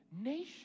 nation